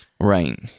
Right